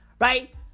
right